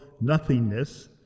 nothingness